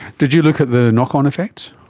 did you look at the knock-on effects?